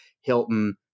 Hilton